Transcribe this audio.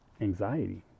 anxiety